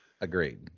Agreed